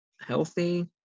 healthy